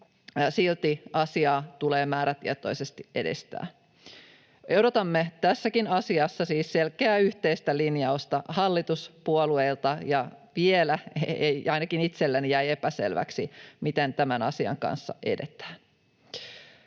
Silti asiaa tulee määrätietoisesti edistää. Odotamme tässäkin asiassa siis selkeää yhteistä linjausta hallituspuolueilta, ja vielä ainakin itselleni jäi epäselväksi, miten tämän asian kanssa edetään.